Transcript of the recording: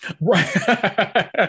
Right